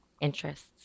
interests